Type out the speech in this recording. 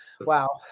Wow